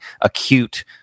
acute